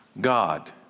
God